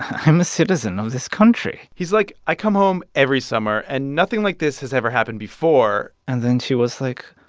i'm a citizen of this country he's like, i come home every summer, and nothing like this has ever happened before and then she was like,